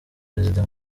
perezida